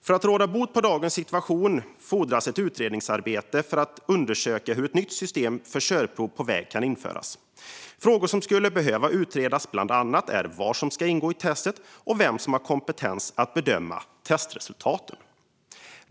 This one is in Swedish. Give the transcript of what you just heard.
För att råda bot på dagens situation fordras ett utredningsarbete för att undersöka hur ett nytt system för körprov på väg kan införas. Frågor som skulle behöva utredas är bland annat vad som ska ingå i testet och vem som har kompetens att bedöma testresultaten.